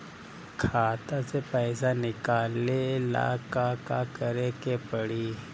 खाता से पैसा निकाले ला का का करे के पड़ी?